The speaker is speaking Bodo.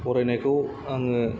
फरायनायखौ आङो